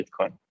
Bitcoin